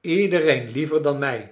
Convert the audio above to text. iedereen liever dan mij